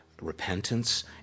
repentance